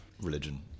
religion